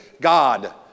God